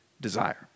desire